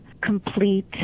complete